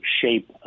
shape